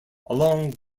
along